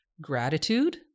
gratitude